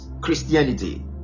christianity